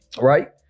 right